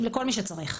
לכל מי שצריך.